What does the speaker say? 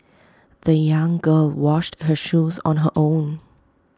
the young girl washed her shoes on her own